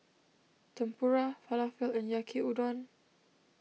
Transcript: Tempura Falafel and Yaki Udon